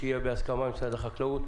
שיהיה בהסכמה עם משרד החקלאות,